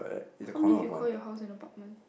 I can't believe you called your house an apartment